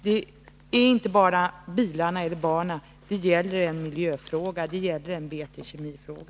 Det gäller inte bara bilarna eller barnen. Det gäller en miljöfråga — en BT Kemi-fråga.